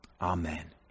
Amen